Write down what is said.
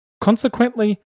Consequently